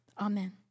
Amen